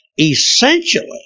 essentially